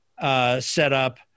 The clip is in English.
setup